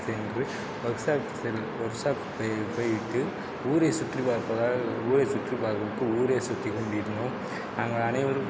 சென்று workshop செ workshop போய் போயிவிட்டு ஊரை சுற்றி பார்ப்பதால் ஊரை சுற்றி ஊரே சுற்றி கொண்டிருந்தோம் நாங்கள் அனைவரும்